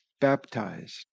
baptized